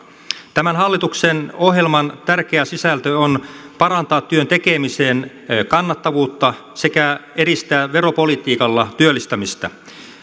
tämän hallituksen ohjelman tärkeä sisältö on parantaa työn tekemisen kannattavuutta sekä edistää veropolitiikalla työllistämistä